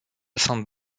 sainte